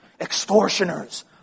extortioners